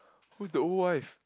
whose the old wife